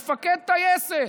מפקד טייסת,